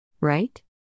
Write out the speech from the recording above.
Right